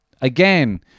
again